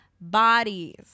bodies